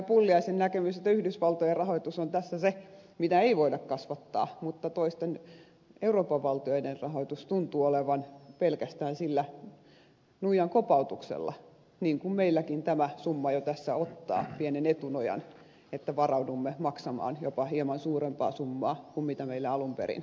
pulliaisen näkemys että yhdysvaltojen rahoitus on tässä se mitä ei voida kasvattaa mutta toisten euroopan valtioiden rahoitus tuntuu olevan pelkästään sillä nuijan kopautuksella niin kuin meilläkin tämä summa jo tässä ottaa pienen etunojan että varaudumme maksamaan jopa hieman suurempaa summaa kuin mitä meille alun perin kuuluisi